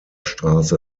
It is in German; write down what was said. straße